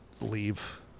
leave